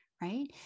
right